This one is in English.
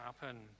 happen